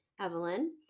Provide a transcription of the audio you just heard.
Evelyn